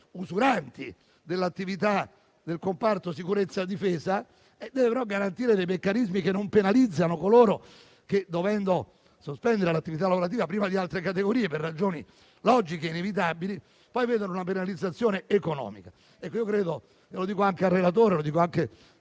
usuranti dell'attività del comparto sicurezza-difesa, deve garantire meccanismi che non penalizzino coloro che devono sospendere l'attività lavorativa prima di altre categorie per ragioni logiche inevitabili, affinché non vedano una penalizzazione economica. Lo dico anche al relatore e ai